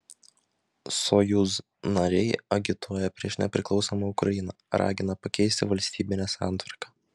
sojuz nariai agituoja prieš nepriklausomą ukrainą ragina pakeisti valstybinę santvarką